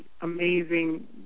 amazing